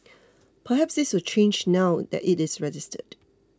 perhaps this will change now that it is registered